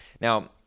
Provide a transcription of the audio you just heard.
Now